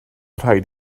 rhaid